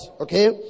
okay